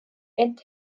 ent